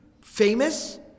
famous